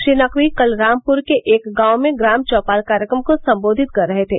श्री नकवी कल रामपुर के एक गांव में ग्राम चौपाल कार्यक्रम को सम्बोधित कर रहे थे